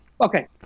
okay